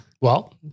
Well-